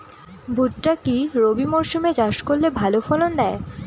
ভুট্টা কি রবি মরসুম এ চাষ করলে ভালো ফলন দেয়?